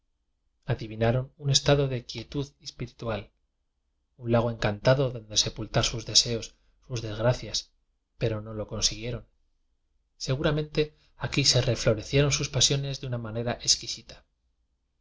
un estado de quietud espiritual un lago encantado donde sepultar sus de seos sus desgracias pero no lo consiguie ron seguramente aquí se reflorecieron sus pasiones de una manera exquisita